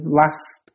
last